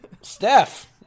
steph